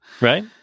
Right